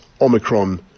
Omicron